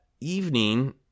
evening